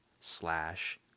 slash